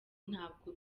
ntabwo